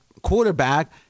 quarterback